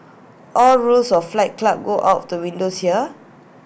all rules of fight club go out of the windows here